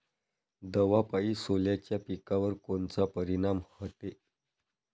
दवापायी सोल्याच्या पिकावर कोनचा परिनाम व्हते?